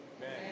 Amen